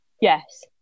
yes